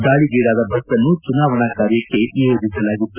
ದಾಳಿಗೀಡಾದ bus ಅನ್ನು ಚುನಾವಣಾ ಕಾರ್ಯಕ್ತೆ ನಿಯೋಜಿಸಲಾಗಿತ್ತು